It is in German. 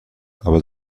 aber